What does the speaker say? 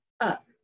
up